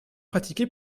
pratiquée